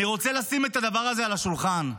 אני רוצה לשים את הדבר הזה על השולחן,